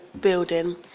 building